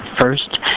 first